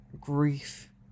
grief